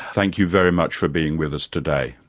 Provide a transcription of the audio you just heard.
thank you very much for being with us today.